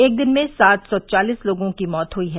एक दिन में सात सौ चालीस लोगों की मौत हुई है